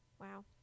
Wow